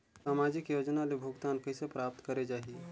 समाजिक योजना ले भुगतान कइसे प्राप्त करे जाहि?